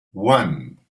one